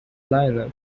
lineup